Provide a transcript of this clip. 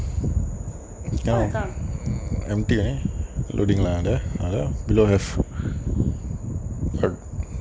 I can't